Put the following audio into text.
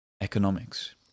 economics